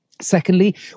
Secondly